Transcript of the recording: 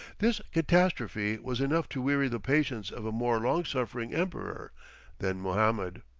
this catastrophe was enough to weary the patience of a more long-suffering emperor than mohammed.